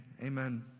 Amen